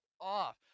off